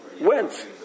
went